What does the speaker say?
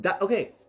Okay